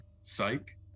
psych